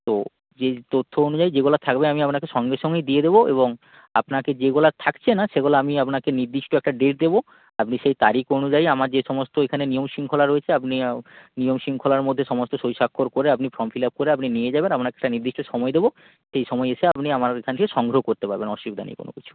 তো যেই তথ্য অনুযায়ী যেগুলো থাকবে আমি আপনাকে সঙ্গে সঙ্গেই দিয়ে দেবো এবং আপনাকে যেগুলো থাকছে না সেগুলো আমি আপনাকে নির্দিষ্ট একটা ডেট দেবো আপনি সেই তারিখ অনুযায়ী আমার যে সমস্ত এখানে নিয়ম শৃঙ্খলা রয়েছে আপনি নিয়ম শৃঙ্খলার মধ্যে সমস্ত সই স্বাক্ষর করে আপনি ফর্ম ফিল আপ করে আপনি নিয়ে যাবেন আপনাকে একটা নির্দিষ্ট সময় দেবো সেই সময় এসে আপনি আমার এখান থেকে সংগ্রহ করতে পারবেন অসুবিধা নেই কোনো কিছু